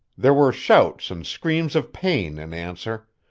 there were shouts and screams of pain in answer,